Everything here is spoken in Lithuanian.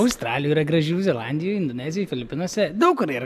australijoj yra gražių zelandijoj indonezijoj filipinuose daug kur ir